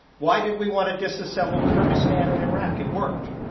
why did we want to disassemble kurdistan and iraq? it worked.